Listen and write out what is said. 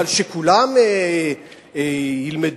אבל שכולם ילמדו?